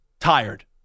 Tired